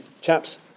chaps